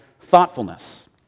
thoughtfulness